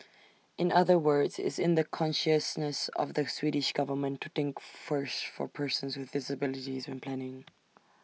in other words it's in the consciousness of the Swedish government to think first for persons with disabilities when planning